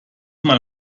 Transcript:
mal